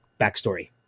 backstory